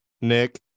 Nick